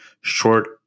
short